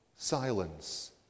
silence